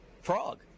Frog